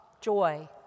joy